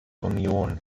union